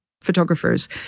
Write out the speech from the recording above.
photographers